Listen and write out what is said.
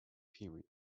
period